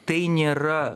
tai nėra